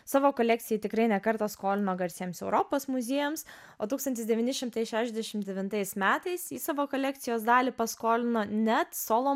savo kolekciją tikrai ne kartą skolino garsiems europos muziejams o tūkstantis devyni šimtai šešiasdešim devintais metais į savo kolekcijos dalį paskolino net solo